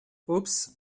oops